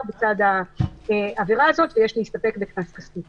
בצד העבירה הזאת ויש להסתפק בקנס כספי.